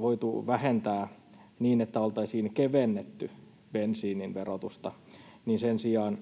voitu vähentää niin, että olisi kevennetty bensiinin verotusta,